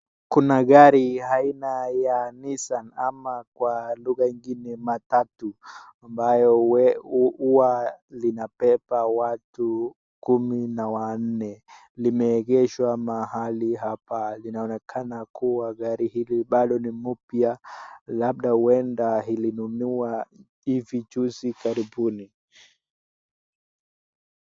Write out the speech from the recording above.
Kuna gari aina ya Nissan ama kwa lugha ingine matatu, ambayo huwa linabeba watu kumi na wanne. Limeegeshwa mahali hapa. Linaonekana kuwa gari hili bado ni mpya. Labda huenda lilinunuliwa hivi juzi karibuni.